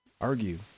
argue